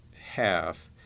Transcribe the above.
half